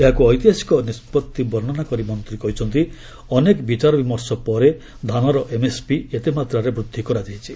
ଏହାକୁ ଐତିହାସିକ ନିଷ୍ପଭି ବର୍ଷନା କରି ମନ୍ତ୍ରୀ କହିଛନ୍ତି ଅନେକ ବିଚାର ବିମର୍ଷ ପରେ ଧାନର ଏମ୍ଏସ୍ପି ଏତେ ମାତ୍ରାରେ ବୃଦ୍ଧି କରାଯାଇଛି